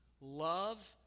love